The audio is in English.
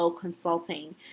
Consulting